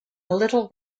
little